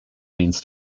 means